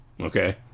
okay